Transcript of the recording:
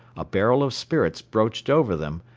a barrel of spirits broached over them,